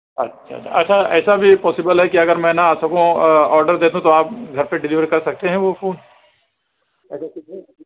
اچھا اچھا ایسا بھی پاسیبل ہے کہ اگر میں نہ آ سکوں آ آڈر دے دوں تو آپ گھر پر ڈیلیور کر سکتے ہیں وہ فون ارے کتنے